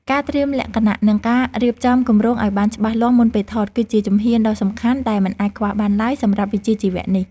ការត្រៀមលក្ខណៈ និងការរៀបចំគម្រោងឱ្យបានច្បាស់លាស់មុនពេលថត គឺជាជំហានដ៏សំខាន់ដែលមិនអាចខ្វះបានឡើយសម្រាប់វិជ្ជាជីវៈនេះ។